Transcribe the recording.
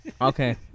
Okay